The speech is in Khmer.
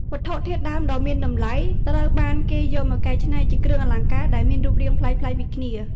វត្ថុធាតុដើមដ៏មានតម្លៃត្រូវបានគេយកមកច្នៃជាគ្រឿងអលង្ការដែលមានរូបរាងប្លែកៗពីគ្នា។